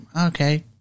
okay